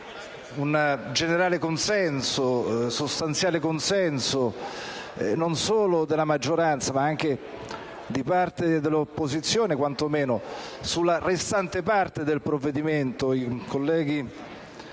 registrare un sostanziale consenso, non solo della maggioranza, ma anche di parte dell'opposizione, quantomeno sul resto del provvedimento. I colleghi